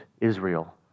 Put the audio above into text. Israel